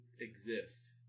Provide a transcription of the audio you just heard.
exist